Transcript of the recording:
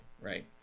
right